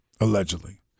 Allegedly